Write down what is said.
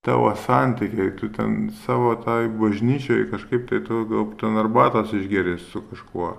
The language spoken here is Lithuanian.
tavo santykiai tu ten savo tai bažnyčioje kažkaip tai tu gaub ten arbatos išgėrei su kažkuo